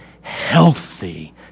healthy